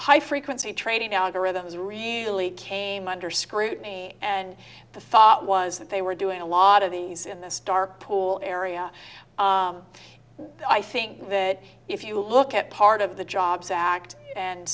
high frequency trading algorithms really came under scrutiny and the thought was that they were doing a lot of these in this dark pool area i think that if you look at part of the jobs act and